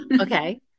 Okay